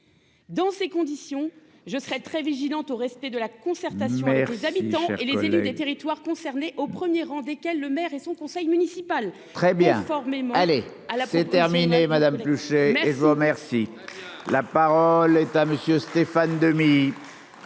dans ces conditions, je serai très vigilante au respect de la concertation avec les habitants et les élus des territoires concernés au 1er rang desquels le maire et son conseil municipal très bien formés. Allez à la appeler terminer Madame Buffet mais je vous remercie, la parole est à monsieur. Stéphane Demilly.